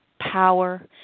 power